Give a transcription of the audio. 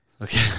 Okay